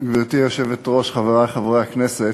גברתי היושבת-ראש, חברי חברי הכנסת,